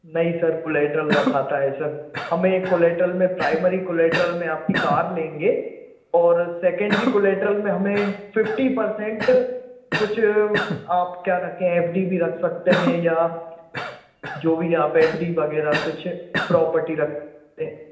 नहीं sir collateral रखा था है सर हमें एक कोलेटरल में प्राइमरी कोलेटरल में आपकी कार लेंगे और सैकेंडरी कोलेटरल में हमें फ़िफ़्टी पर्सेंट कुछ आप क्या रखे हैं एफ़ डी भी रख सकते हैं या जो भी आप एफ़ डी वगैरह कुछ प्रॉपर्टी रख हैं